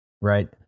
right